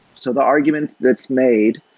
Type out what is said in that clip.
so the argument that's made,